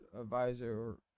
advisor